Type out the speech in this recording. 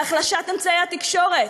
בהחלשת אמצעי התקשורת,